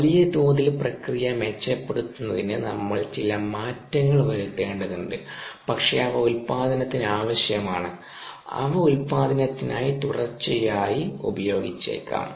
വലിയ തോതിൽ പ്രക്രിയ മെച്ചപ്പെടുത്തുന്നതിന് നമ്മൾ ചില മാറ്റങ്ങൾ വരുത്തേണ്ടതുണ്ട് പക്ഷേ അവ ഉൽപാദനത്തിന് ആവശ്യമാണ് അവ ഉൽപാദനത്തിനായി തുടർച്ചയായി ഉപയോഗിച്ചേക്കാം